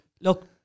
Look